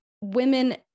women